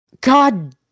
God